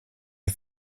you